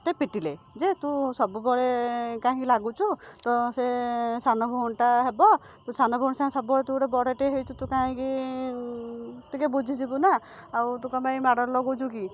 ମୋତେ ପିଟିଲେ ଯେ ତୁ ସବୁବେଳେ କାହିଁକି ଲାଗୁଛୁ ତ ସେ ସାନଭଉଣୀଟା ହବ ତୁ ସାନଭଉଣୀ ସାଙ୍ଗରେ ସବୁବେଳେ ତୁ ଗୋଟେ ବଡ଼ଟେ ହେଇଛୁ ତୁ କାହିଁକି ଟିକେ ବୁଝିଯିବୁ ନା ଆଉ ତୁ କ'ଣ ପାଇଁ ମାଡ଼ଗୋଳ ଲଗାଉଛୁ କି